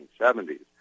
1970s